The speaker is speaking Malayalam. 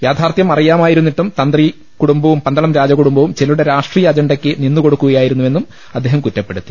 യാഥാർത്ഥ്യം അറിയാമായിരുന്നിട്ടും തന്ത്രി കുടുംബവും പന്തളം രാജകുടുംബവും ചിലരുടെ രാഷ്ട്രീയ അജണ്ടയ്ക്ക് നിന്നു കൊടുക്കുകയായിരുന്നുവെന്നും അദ്ദേഹം കുറ്റപ്പെടുത്തി